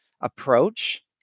approach